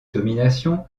domination